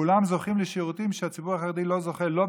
כולם זוכים לשירותים שהציבור החרדי לא זוכה להם,